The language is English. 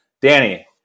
Danny